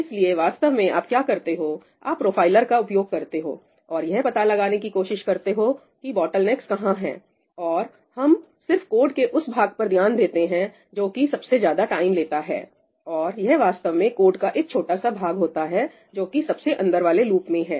इसलिए वास्तव में आप क्या करते हो आप प्रोफाइलर का उपयोग करते हो और यह पता लगाने की कोशिश करते हो कि बोटलनेक्स कहां है और हम सिर्फ कोड के उस भाग पर ध्यान देते हैं जो कि सबसे ज्यादा टाइम लेता हैऔर यह वास्तव में कोड का एक छोटा सा भाग होता है जो कि सबसे अंदर वाले लूप में है